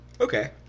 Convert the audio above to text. okay